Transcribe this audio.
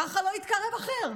ככה לא יתקרב אחר,